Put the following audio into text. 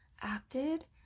acted